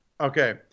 okay